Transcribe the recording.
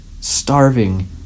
starving